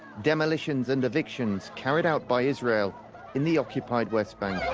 demolitions and evictions carried out by israel in the occupied west bank.